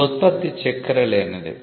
ఈ ఉత్పత్తి చక్కెర లేనిది